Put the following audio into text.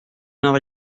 heure